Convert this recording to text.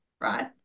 right